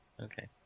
Okay